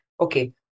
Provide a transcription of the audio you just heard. Okay